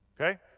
Okay